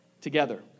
together